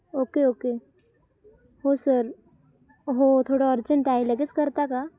okay okay हो sir हो थोडं अर्जंट आहे लगेच करता का